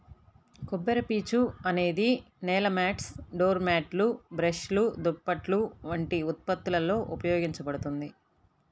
కొబ్బరిపీచు అనేది నేల మాట్స్, డోర్ మ్యాట్లు, బ్రష్లు, దుప్పట్లు వంటి ఉత్పత్తులలో ఉపయోగించబడుతుంది